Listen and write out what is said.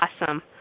Awesome